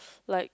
like